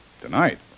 Tonight